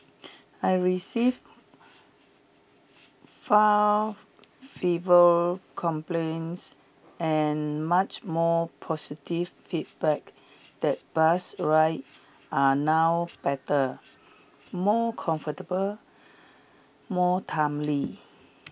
I receive far fever complaints and much more positive feedback that bus rides are now better more comfortable more timely